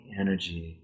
energy